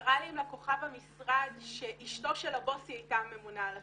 קרה לי עם לקוחה במשרד שאשתו של הבוס הייתה הממונה על הטרדה.